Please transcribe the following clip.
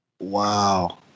Wow